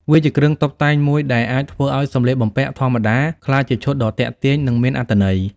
វាជាគ្រឿងតុបតែងមួយដែលអាចធ្វើឲ្យសម្លៀកបំពាក់ធម្មតា ក្លាយជាឈុតដ៏ទាក់ទាញ និងមានអត្ថន័យ។